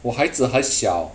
我孩子还小